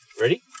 Ready